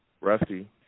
rusty